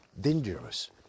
dangerous